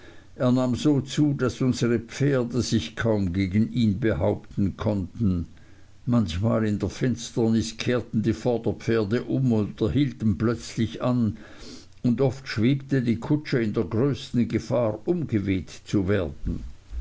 er nahm so zu daß unsere pferde sich kaum gegen ihn behaupten konnten manchmal in der finsternis kehrten die vorderpferde um oder hielten plötzlich an und oft schwebte die kutsche in der größten gefahr umgeweht zu werden